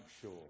sure